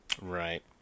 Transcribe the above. Right